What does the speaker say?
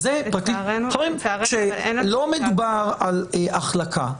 לא מדובר על החלקה.